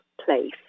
place